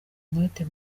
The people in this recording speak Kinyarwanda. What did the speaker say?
umwete